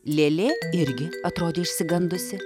lėlė irgi atrodė išsigandusi